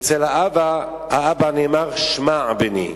אצל האבא נאמר: "שמע בני".